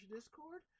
Discord